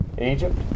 Egypt